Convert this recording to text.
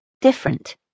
different